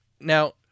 Now